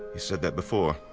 said that before.